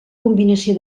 combinació